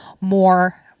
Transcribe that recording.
more